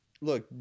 look